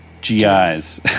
GIs